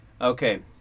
Okay